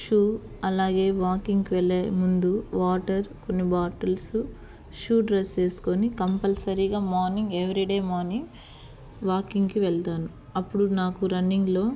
shoe అలాగే వాకింగ్కి వెళ్ళే ముందు వాటర్ కొన్ని బాటిల్సు షూ డ్రెస్ వేసుకుని కంపల్సరీగా మార్నింగ్ ఎవిరీ డే మార్నింగ్ వాకింగ్కి వెళ్తాను అపుడు నాకు రన్నింగ్లో